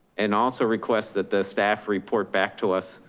and also request that the staff report back to us,